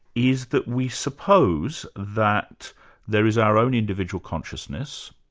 is that we suppose that there is our own individual consciousness,